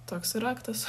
toks ir aktas